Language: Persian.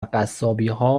قصابیها